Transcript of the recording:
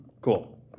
Cool